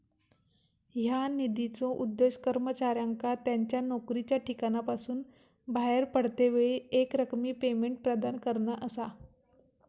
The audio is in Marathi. ह्या निधीचो उद्देश कर्मचाऱ्यांका त्यांच्या नोकरीच्या ठिकाणासून बाहेर पडतेवेळी एकरकमी पेमेंट प्रदान करणा असा